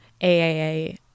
AAA